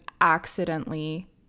accidentally